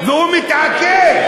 והוא מתעקש.